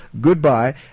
goodbye